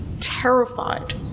terrified